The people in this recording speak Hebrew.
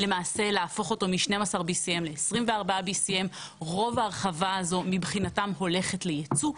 ולמעשה להפוך אותו מ-12 BCM ל-24 BCM. רוב ההרחבה הזו מבחינתם הולכת לייצוא.